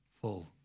full